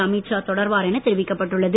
அமீத் ஷா தொடர்வார் என தெரிவிக்கப்பட்டுள்ளது